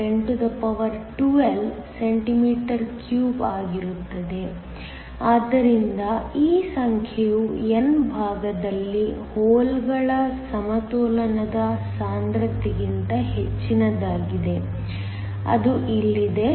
4 x 1012 cm3 ಆಗಿರುತ್ತದೆ ಆದ್ದರಿಂದ ಈ ಸಂಖ್ಯೆಯು n ಭಾಗದಲ್ಲಿರುವ ಹೋಲ್ ಗಳ ಸಮತೋಲನದ ಸಾಂದ್ರತೆಗಿಂತ ಹೆಚ್ಚಿನದಾಗಿದೆ ಅದು ಇಲ್ಲಿದೆ